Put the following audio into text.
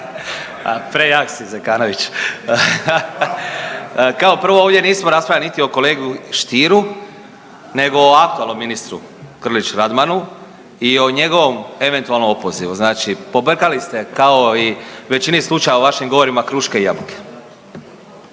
Prejak si Zekanović. Kao prvo ovdje nismo raspravljali niti o kolegi Stieru, nego o aktualnom ministru Grlić Radmanu i o njegovom eventualno opozivu. Znači pobrkali ste kao i u većini slučajeva u vašim govorima kruške i jabuke.